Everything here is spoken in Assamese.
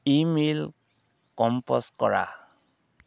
ই মেইল কম্প'জ কৰা